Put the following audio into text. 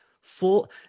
full